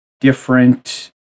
different